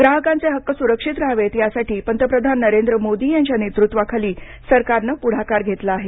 ग्राहकांचे हक्क सुरक्षित रहावेत यासाठी पंतप्रधान नरेंद्र मोदी यांच्या नेतृत्वाखाली सरकारने पुढाकार घेतलेला आहे